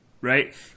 Right